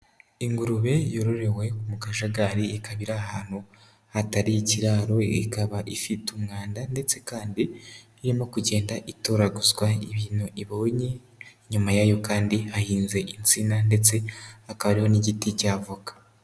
Ingurube yororewe mu kajagari ikaba iri ahantu hatari ikiraro, ikaba ifite umwanda ndetse kandi irimo kugenda itoraguzwa ibintu ibonye, inyuma yayo kandi hahinze insina ndetse hakaba hariho n'igiti cy'avoka.